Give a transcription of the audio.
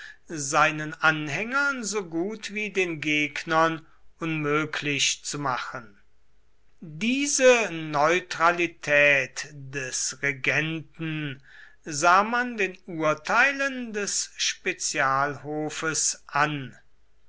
seinen anhängern so gut wie den gegnern unmöglich zu machen diese neutralität des regenten sah man den urteilen des spezialhofes an